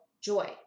joy